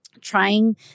trying